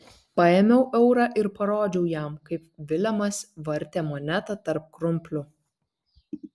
paėmiau eurą ir parodžiau jam kaip vilemas vartė monetą tarp krumplių